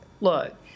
look